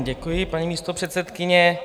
Děkuji, paní místopředsedkyně.